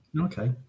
okay